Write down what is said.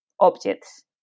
objects